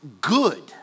good